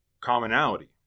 commonality